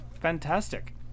fantastic